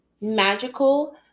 magical